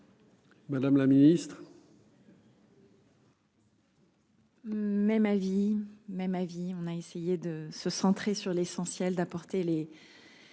Madame la Ministre. Même avis même avis. On a essayé de se centrer sur l'essentiel d'apporter les.